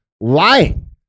lying